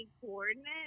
coordinates